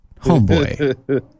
Homeboy